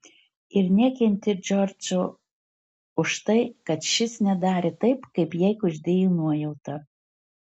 ir nekentė džordžo už tai kad šis nedarė taip kaip jai kuždėjo nuojauta